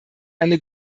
eine